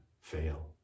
fail